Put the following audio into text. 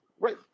Right